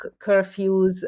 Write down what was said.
curfews